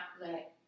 let